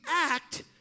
act